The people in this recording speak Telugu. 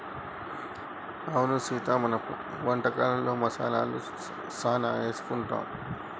అవును సీత మన వంటకాలలో మసాలాలు సానా ఏసుకుంటాం